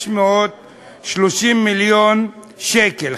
והגבייה מהחוק הייתה 530 מיליון שקל,